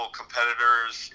competitors